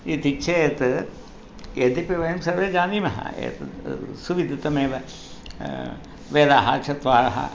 इति चेत् यद्यपि वयं सर्वे जानीमः एतद् सुविदतमेव वेदाः चत्वारः